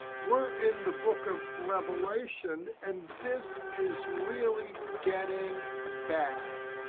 we're in the book of revelation, and this is really getting bad.